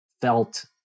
felt